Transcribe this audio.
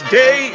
day